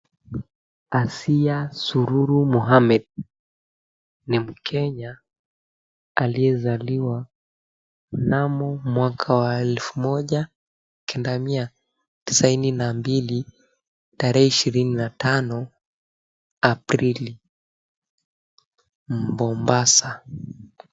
Asiya Sururu Mohammed ni Mkenya aliyezaliwa mnamo mwaka wa 1992 tarehe 25 Aprili, Mombasa.